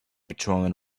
patrolling